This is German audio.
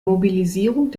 mobilisierung